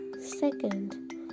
second